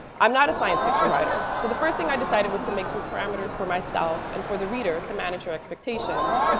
i'm not a science fiction writer. so the first thing i decided was to make some parameters for myself and for the reader to manage their expectations.